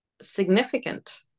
significant